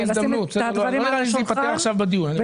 צריך לשים את הדברים הללו על השולחן ולדעת